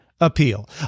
appeal